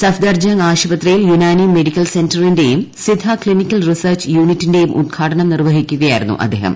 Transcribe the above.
സഫ്ദർജംഗ് ആശുപത്രിയിൽ ്യുനാനി മെഡിക്കൽ സെന്ററിന്റെയും Siddha clinical research യൂണിറ്റിന്റെയും ഉദ്ഘാടനം നിർവ്വഹിക്കുകയായിരുന്നു അ്ദ്ദേഹം